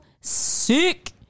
sick